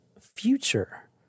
future